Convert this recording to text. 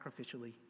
sacrificially